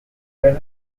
move